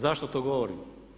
Zašto to govorim?